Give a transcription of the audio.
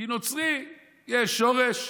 כי לנוצרי יש שורש.